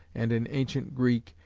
and in ancient greek,